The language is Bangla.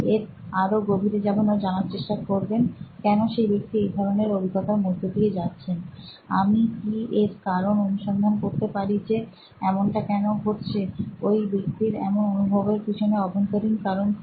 এর আরও গভীরে যাবেন ও জানার চেষ্টা করবেন কেন সেই ব্যক্তি এই ধরণের অভিজ্ঞতার মধ্যে দিয়ে যাচ্ছেন আমি কি এর কারণ অনুসন্ধান করতে পারি যে এমনটা কেন ঘটছে ওই ব্যক্তির এমন অনুভবের পিছনে অভ্যন্তরীণ কারণ কি